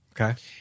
Okay